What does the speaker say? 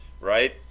Right